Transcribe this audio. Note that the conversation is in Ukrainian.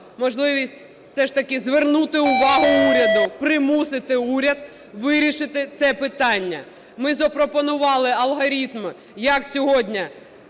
можливість все ж таки звернути увагу уряду, примусити уряд вирішити це питання. Ми запропонували алгоритм, як сьогодні,